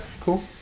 cool